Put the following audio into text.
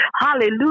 Hallelujah